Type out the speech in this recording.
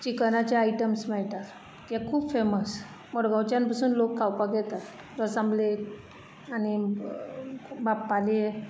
चिकनाचे आयटम्स मेळटा तें खूब फेमस मडगोंवच्यान पसून लोग खावपाक येता रस आमलेट आनी बाप्पाले